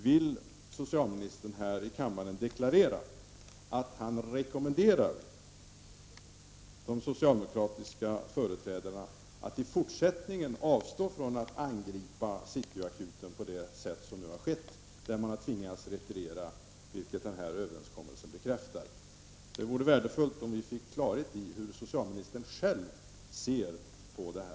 Vill socialministern här i kammaren deklarera att han rekommenderar de socialdemokratiska företrädarna att i fortsättningen avstå från att angripa City Akuten på det sätt som nu har skett, så att man har tvingats retirera, vilket denna överenskommelse bekräftar? Det vore värdefullt om vi fick klarhet i hur socialministern själv ser på detta.